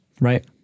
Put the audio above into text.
Right